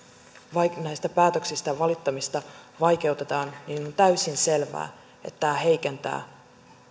näistä päätöksistä valittamista vaikeutetaan niin on täysin selvää että tämä heikentää